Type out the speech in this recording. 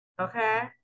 Okay